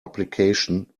application